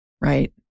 Right